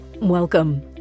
Welcome